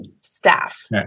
Staff